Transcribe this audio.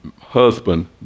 husband